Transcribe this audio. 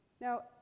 Now